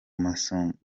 masumbuko